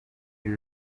iri